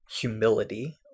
humility